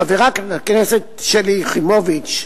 חברת הכנסת שלי יחימוביץ,